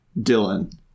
Dylan